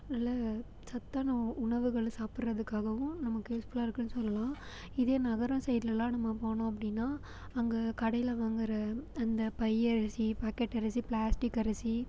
நல்ல சத்தான உணவுகளை சாப்பிட்றதுக்காகவும் நமக்கு யூஸ்ஃபுல்லாக இருக்குதுன்னு சொல்லலாம் இதே நகரம் சைடுலலாம் நம்ம போனோம் அப்படின்னா அங்கே கடையில் வாங்குற அந்த பையரிசி பாக்கெட் அரிசி ப்ளாஸ்டிக் அரிசி